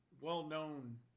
well-known